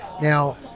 Now